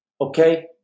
Okay